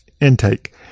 intake